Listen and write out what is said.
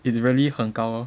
it's really 很高 lor